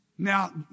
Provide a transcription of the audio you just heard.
Now